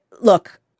Look